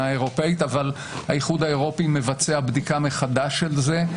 האירופאית אבל האיחוד האירופי מבצע בדיקה מחדש של זה.